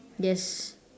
yes